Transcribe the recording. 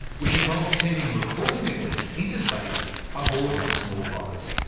which involves sending recording equipment into space aboard a small rocket.